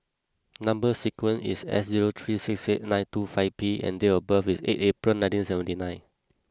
number sequence is S zero three six eight nine two five P and date of birth is eight April nineteen seventy nine